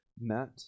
met